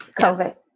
COVID